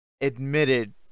admitted